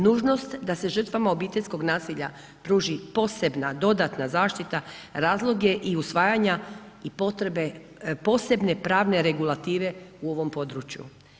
Nužnost da se žrtvama obiteljskog nasilja pruži posebna dodatna zaštita razlog je i usvajanja i potrebe posebne pravne regulative u ovom području.